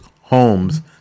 homes